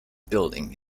building